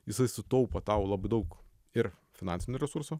jisai sutaupo tau labai daug ir finansinių resursų